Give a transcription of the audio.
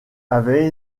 avait